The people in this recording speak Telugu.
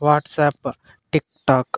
WhatsApp TikTok